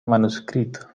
manuscrito